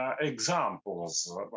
examples